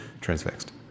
transfixed